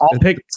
pick